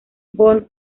bond